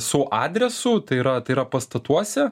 su adresu tai yra tai yra pastatuose